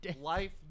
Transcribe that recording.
life